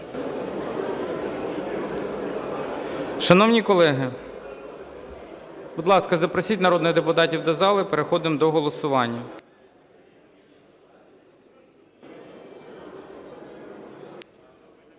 Шановні колеги, будь ласка, запросіть народних депутатів до зали, переходимо до голосування.